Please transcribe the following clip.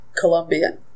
Colombian